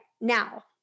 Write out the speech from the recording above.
now